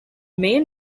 main